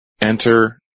enter